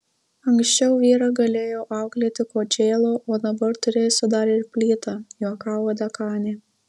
anksčiau vyrą galėjau auklėti kočėlu o dabar turėsiu dar ir plytą juokavo dekanė